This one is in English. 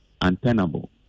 untenable